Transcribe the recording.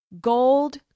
gold